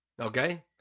Okay